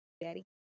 daddy